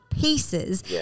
pieces